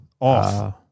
off